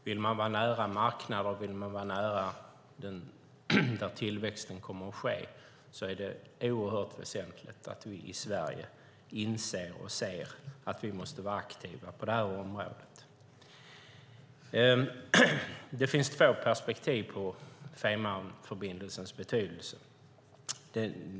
Vill man vara nära marknader och nära platser där tillväxten kommer att ske är det oerhört väsentligt att vi i Sverige inser att vi måste vara aktiva på det här området. Det finns två perspektiv på Fehmarnförbindelsens betydelse.